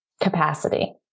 capacity